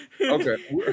Okay